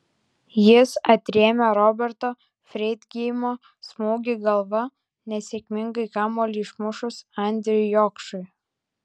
jis atrėmė roberto freidgeimo smūgį galva nesėkmingai kamuolį išmušus andriui jokšui